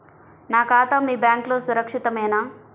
నా ఖాతా మీ బ్యాంక్లో సురక్షితమేనా?